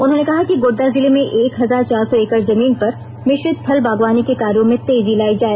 उन्होंने कहा कि गोड्डा जिले में एक हजार चार सौ एकड़ जमीन पर मिश्रित फल बागवानी के कार्यों में तेजी लाई जाए